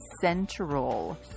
central